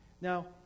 Now